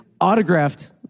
autographed